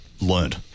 learned